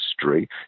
history